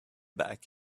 back